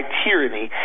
tyranny